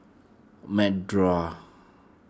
Medora